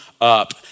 up